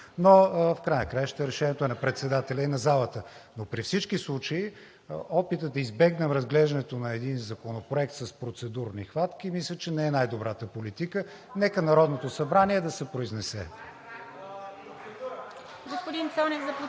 В края на краищата решението е на председателя и на залата. Но при всички случаи опитът да избегнем разглеждането на един законопроект с процедурни хватки, мисля, че не е най-добрата политика. Нека Народното събрание да се произнесе.